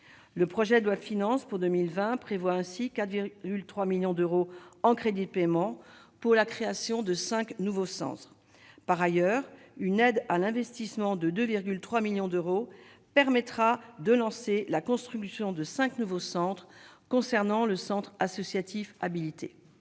le projet doit finances pour 2020 prévoit ainsi qu'à 3 millions d'euros en crédits de paiement pour la création de 5 Nouveau Centre par ailleurs une aide à l'investissement de 2 3 millions d'euros permettra de lancer la construction de 5 Nouveau Centre concernant le Centre associatif habilité